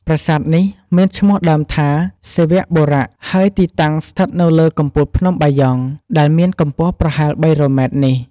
ប្រាសាទនេះមានឈ្មោះដើមថា សិវបុរ ហើយទីតាំងស្ថិតនៅលើកំពូលភ្នំបាយ៉ង់ ដែលមានកម្ពស់ប្រហែល ៣០០ម៉ែត្រនេះ។